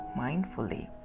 mindfully